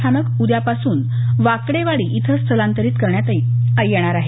स्थानक उद्यापासून वाकडेवाडी इथं स्थलांतरित करण्यात आलं आहे